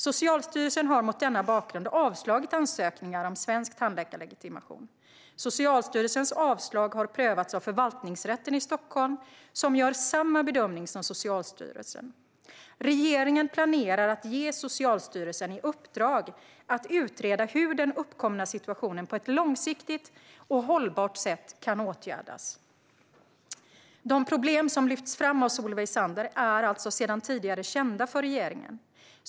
Socialstyrelsen har mot denna bakgrund avslagit ansökningar om svensk tandläkarlegitimation. Socialstyrelsens avslag har prövats av Förvaltningsrätten i Stockholm, som gör samma bedömning som Socialstyrelsen. Regeringen planerar att ge Socialstyrelsen i uppdrag att utreda hur den uppkomna situationen på ett långsiktigt och hållbart sätt kan åtgärdas. De problem som lyfts fram av Solveig Zander är alltså sedan tidigare kända för regeringen.